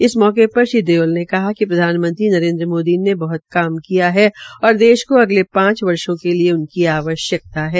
इस अवसर पर श्री देओल ने कहा कि प्रधानमंत्री नरेन्द्र मोदी ने बहत काम किया है और देश को अगले पांच वर्षो के लिये उनकी आवश्यक्ता है